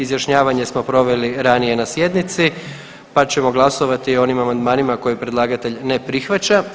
Izjašnjavanje smo proveli raznije na sjednici, pa ćemo glasovati o onim amandmanima koje predlagatelj ne prihvaća.